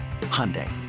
Hyundai